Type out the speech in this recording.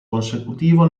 consecutivo